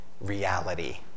reality